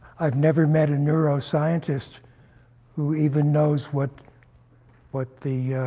i've never met a neuroscientist who even knows what what the